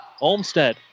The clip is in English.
Olmstead